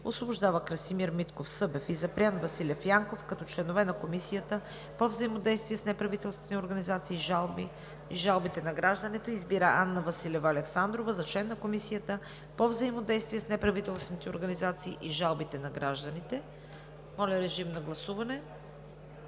Освобождава Красимир Митков Събев и Запрян Василев Янков като членове на Комисията по взаимодействие с неправителствените организации и жалбите на гражданите. 2. Избира Анна Василева Александрова за член на Комисията по взаимодействие с неправителствените организации и жалбите на гражданите.“ Вносител